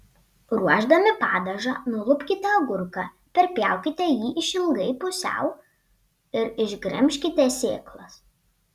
ruošdami padažą nulupkite agurką perpjaukite jį išilgai pusiau ir išgremžkite sėklas